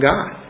God